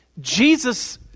Jesus